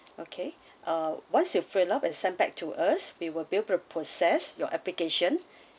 okay uh once you fill up and send back to us we will bill process your application